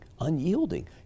unyielding